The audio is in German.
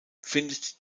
findet